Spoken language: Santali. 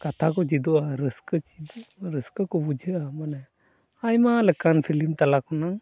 ᱠᱟᱛᱷᱟ ᱠᱚ ᱪᱮᱫᱚᱜᱼᱟ ᱨᱟᱹᱥᱠᱟᱹ ᱨᱟᱹᱥᱠᱟᱹ ᱠᱚ ᱵᱩᱡᱷᱟᱹᱜᱼᱟ ᱢᱟᱱᱮ ᱟᱭᱢᱟ ᱞᱮᱠᱟᱱ ᱯᱷᱤᱞᱤᱢ ᱛᱟᱞᱟ ᱠᱷᱚᱱᱟᱜ